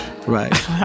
Right